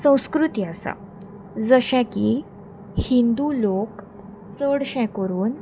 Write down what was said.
संस्कृती आसा जशें की हिंदू लोक चडशें करून